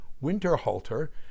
Winterhalter